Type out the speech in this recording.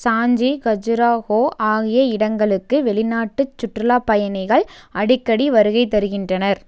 சாஞ்சி கஜுராஹோ ஆகிய இடங்களுக்கு வெளிநாட்டுச் சுற்றுலாப் பயணிகள் அடிக்கடி வருகை தருகின்றனர்